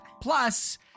Plus